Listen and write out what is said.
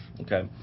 Okay